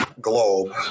globe